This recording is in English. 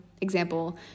example